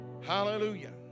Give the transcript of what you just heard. hallelujah